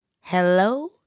Hello